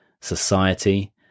society